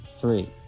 three